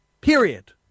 Period